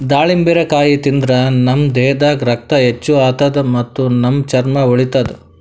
ದಾಳಿಂಬರಕಾಯಿ ತಿಂದ್ರ್ ನಮ್ ದೇಹದಾಗ್ ರಕ್ತ ಹೆಚ್ಚ್ ಆತದ್ ಮತ್ತ್ ನಮ್ ಚರ್ಮಾ ಹೊಳಿತದ್